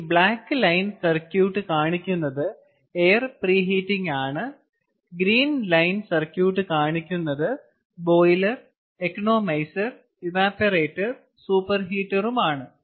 ഈ black line circuit കാണിക്കുന്നത് air preheating ആണ് ഗ്രീൻ ലൈൻ സർക്യൂട്ട് കാണിക്കുന്നത് ബോയിലർ ഇക്കണോമൈസർ ഇവാപറേറ്റർ സൂപ്പർ ഹീറ്ററുമാണ്